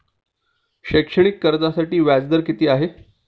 शैक्षणिक कर्जासाठी व्याज दर किती आहे?